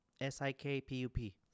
S-I-K-P-U-P